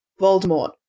Voldemort